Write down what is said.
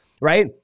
right